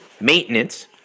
maintenance